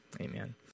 Amen